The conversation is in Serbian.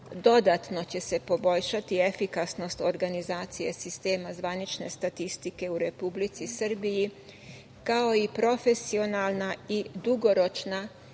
dodatno će se poboljšati efikasnost organizacije sistema zvanične statistike u Republici Srbiji, kao i profesionalna i dugoročna